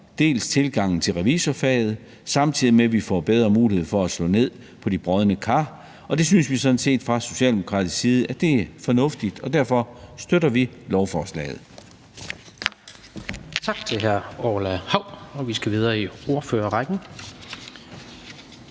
tilgangen til revisorfaget, samtidig med at vi får bedre mulighed for at slå ned på de brodne kar, og det synes vi sådan set fra socialdemokratisk side er fornuftigt, og derfor støtter vi lovforslaget.